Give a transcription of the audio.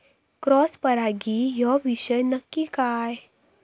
Cross परागी ह्यो विषय नक्की काय?